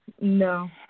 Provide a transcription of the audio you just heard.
no